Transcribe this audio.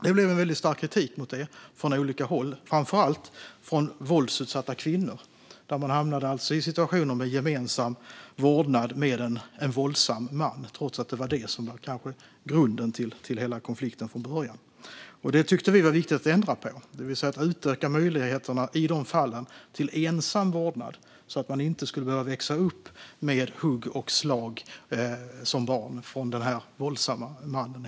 Det kom en väldigt stark kritik mot detta från olika håll, framför allt från våldsutsatta kvinnor som alltså hamnade i situationer med gemensam vårdnad med en våldsam man, trots att det kanske var det som var grunden till hela konflikten från början. Detta tyckte vi var viktigt att ändra på, det vill säga att utöka möjligheterna till ensam vårdnad i dessa fall så att barn inte skulle behöva växa upp med hugg och slag från den våldsamme mannen.